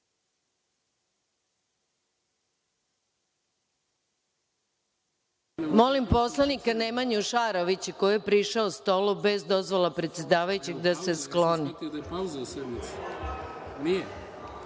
poslanika Nemanju Šarovića, koji je prišao stolu bez dozvole predsedavajućeg, da se skloni. Molim